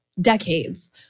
decades